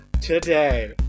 today